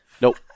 Nope